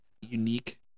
unique